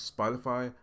Spotify